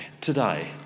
today